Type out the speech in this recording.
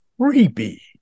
creepy